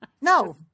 No